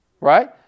Right